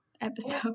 episode